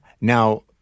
Now